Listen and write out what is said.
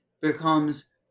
becomes